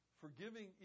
forgiving